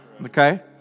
Okay